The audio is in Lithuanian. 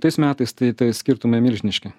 tais metais tai tai skirtumai milžiniški